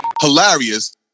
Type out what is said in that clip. Hilarious